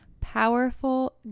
powerful